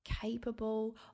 capable